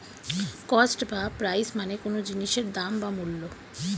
cost বা price মানে কোনো জিনিসের দাম বা মূল্য